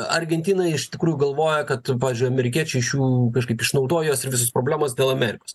argentina iš tikrųjų galvoja kad pavyzdžiui amerikiečiai iš jų kažkaip išnaudoja juos ir visos problemos dėl amerikos